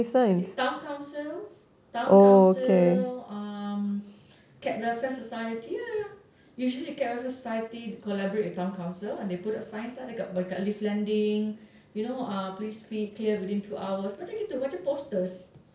town councils town councils um cat welfare society ya ya usually cat welfare society collaborate with town council and they put a sign lah dekat kat lift landing you know uh please keep clear within two hours macam gitu macam posters